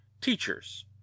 teachers